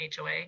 HOA